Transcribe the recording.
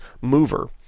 mover